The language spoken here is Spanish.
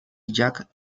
jack